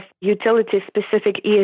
utility-specific